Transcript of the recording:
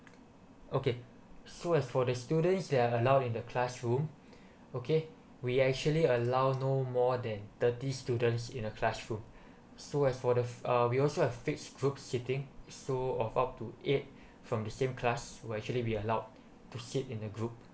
okay so as for the students they are allowed in the classroom okay we actually allow no more than thirty students in a classroom so as for the uh we also have fix group sitting so of out to eight from the same class were actually be allowed to sit in a group